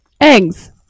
eggs